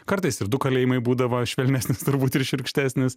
kartais ir du kalėjimai būdavo švelnesnis turbūt ir šiurkštesnis